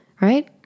right